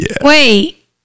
Wait